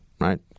right